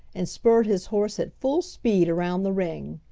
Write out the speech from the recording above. and spurred his horse at full speed around the ring.